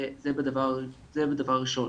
זה הדבר הראשון.